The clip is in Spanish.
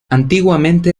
antiguamente